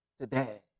today